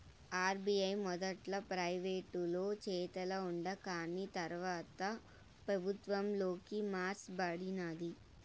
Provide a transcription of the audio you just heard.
RBI మొదట్ల ప్రైవేటోలు చేతల ఉండాకాని తర్వాత పెబుత్వంలోకి మార్స బడినాది